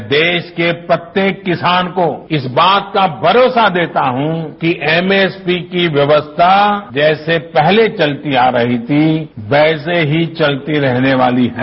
मैं देश के प्रत्येक किसान को इस बात का भरोसा देता हूं कि एमएसपी की व्यवस्था जैसे पहले चलती आ रही थी वैसे ही चलती रहने वाली है